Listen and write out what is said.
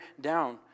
down